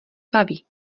baví